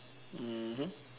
mmhmm